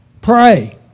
pray